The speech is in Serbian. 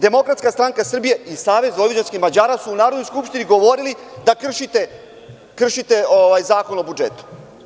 Demokratska stranka Srbije i SVM su u Narodnoj skupštini govorili da kršite Zakon o budžetu.